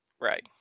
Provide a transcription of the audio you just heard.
Right